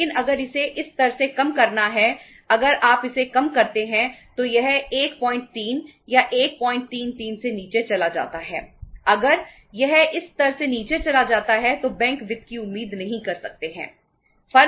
लेकिन अगर इसे इस स्तर से कम करना है अगर आप इसे कम करते हैं तो यह 13 या 133 से नीचे चला जाता है अगर यह इस स्तर से नीचे चला जाता है तो बैंक वित्त की उम्मीद नहीं कर सकते है